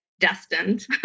destined